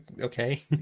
Okay